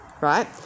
right